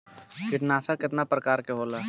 कीटनाशक केतना प्रकार के होला?